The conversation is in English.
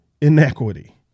inequity